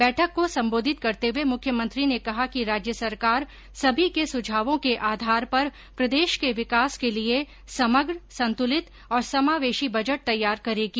बैठक को सम्बोधित करते हुए मुख्यमंत्री र्न कहा कि राज्य सरकार सभी के सुझावों के आधार पर प्रदेश के विकास के लिए समग्र संतुलित और समावेशी बजट तैयार करेगी